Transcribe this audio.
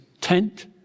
tent